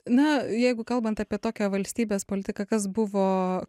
na jeigu kalbant apie tokią valstybės politiką kas buvo